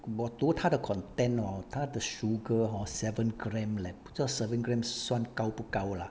我读它的 content orh 它的 sugar hor seven gram leh 不知道 seven gram 算高不高 lah